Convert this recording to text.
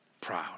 proud